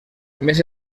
més